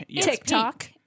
TikTok